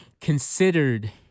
considered